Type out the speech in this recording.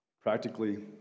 Practically